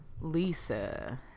Lisa